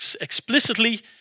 explicitly